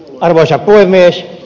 arvoisa puhemies